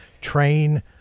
train